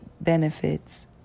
benefits